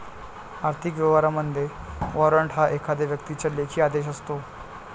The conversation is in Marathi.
आर्थिक व्यवहारांमध्ये, वॉरंट हा एखाद्या व्यक्तीचा लेखी आदेश असतो